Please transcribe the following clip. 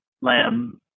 Lamb